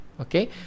okay